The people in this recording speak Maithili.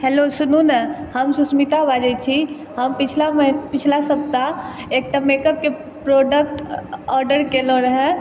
हेलो सुनू ने हम सुष्मिता बाजै छी हम पिछला सप्ताह एकटा मेकअप प्रोडक्ट ऑडर केलै रहौँ